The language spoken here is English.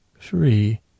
three